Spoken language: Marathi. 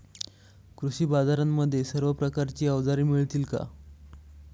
कृषी बाजारांमध्ये सर्व प्रकारची अवजारे मिळतील का?